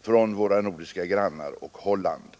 från våra nordiska grannar och Holland.